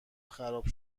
خراب